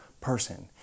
person